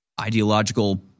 ideological